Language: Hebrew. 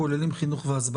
כוללים חינוך והסברה.